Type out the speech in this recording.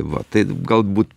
va taip galbūt